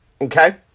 Okay